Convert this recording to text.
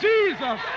Jesus